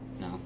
No